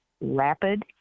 rapid